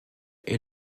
est